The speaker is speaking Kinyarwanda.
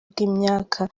bw’imyaka